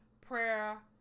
prayer